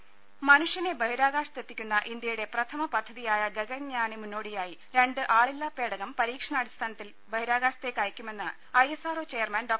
ദേദ മനുഷ്യനെ ബഹിരാകാശത്തെത്തിക്കുന്ന ഇന്ത്യയുടെ പ്രഥമ പദ്ധതിയായ ഗഗൻയാന് മുന്നോടിയായി രണ്ട് ആളില്ലാപേടകം പരീക്ഷണാടിസ്ഥാനത്തിൽ ബഹിരാകാശത്തേക്ക് അയക്കുമെന്ന് I S R O chairman Dr